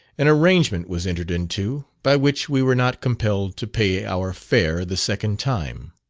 an arrangement was entered into, by which we were not compelled to pay our fare the second time.